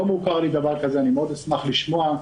דבר כזה לא מוכר לי, מאוד אשמח לשמוע.